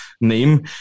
name